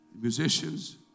musicians